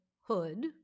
hood